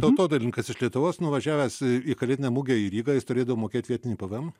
tautodailininkas iš lietuvos nuvažiavęs i į kalėdinę mugę į rygą jis turėdavo mokėt vietinį pvm